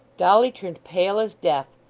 dolly turned pale as death,